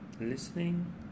listening